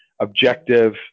objective